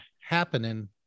happening